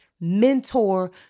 mentor